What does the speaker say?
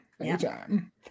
anytime